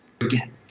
again